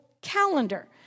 calendar